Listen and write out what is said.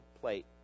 plate